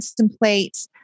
contemplate